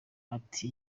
ati